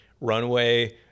runway